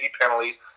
penalties –